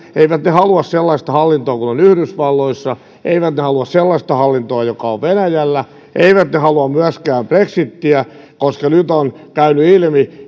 eivät he halua sellaista hallintoa kuin on yhdysvalloissa eivät he halua sellaista hallintoa joka on venäjällä eivät he halua myöskään brexitiä koska nyt on käynyt ilmi